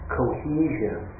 cohesion